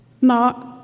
Mark